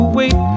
wait